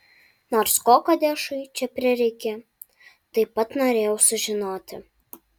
nors ko kadešui čia prireikė taip pat norėjau sužinoti